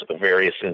various